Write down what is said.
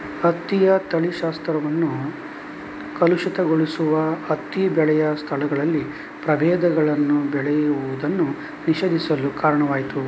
ಹತ್ತಿಯ ತಳಿಶಾಸ್ತ್ರವನ್ನು ಕಲುಷಿತಗೊಳಿಸುವ ಹತ್ತಿ ಬೆಳೆಯ ಸ್ಥಳಗಳಲ್ಲಿ ಪ್ರಭೇದಗಳನ್ನು ಬೆಳೆಯುವುದನ್ನು ನಿಷೇಧಿಸಲು ಕಾರಣವಾಯಿತು